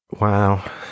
Wow